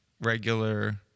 regular